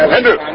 Andrew